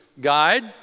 guide